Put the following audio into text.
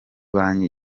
banki